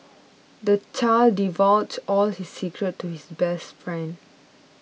the child divulged all his secrets to his best friend